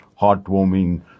heartwarming